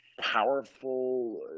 powerful